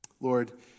Lord